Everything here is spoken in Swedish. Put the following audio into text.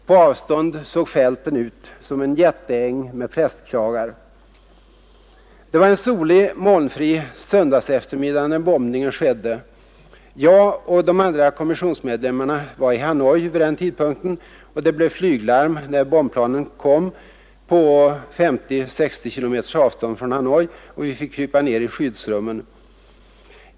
På avstånd såg fälten ut som en jätteäng med prästkragar. Det var en solig, molnfri söndagseftermiddag när bombningen skedde. Jag och de andra kommissionsmedlemmarna var i Hanoi vid den tidpunkten. Det blev flyglarm när bombplanen kom på 50 eller 60 km avstånd från Hanoi, och vi fick krypa ner i skyddsrummen.